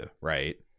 right